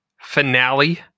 finale